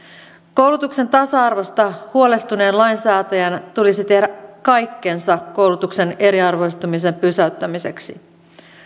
koulutuksen tasa arvosta huolestuneen lainsäätäjän tulisi tehdä kaikkensa koulutuksen eriarvoistamisen pysäyttämiseksi